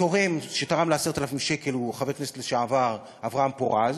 התורם שתרם לה 10,000 שקל הוא חבר הכנסת לשעבר אברהם פורז,